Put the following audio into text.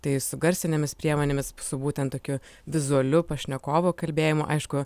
tai su garsinėmis priemonėmis su būtent tokiu vizualiu pašnekovo kalbėjimu aišku